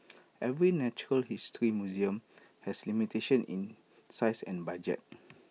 every natural history museum has limitation in size and budget